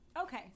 Okay